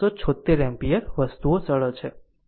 176 ampere વસ્તુઓ સરળ છે